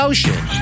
Ocean